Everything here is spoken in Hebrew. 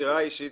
המסירה האישית